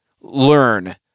learn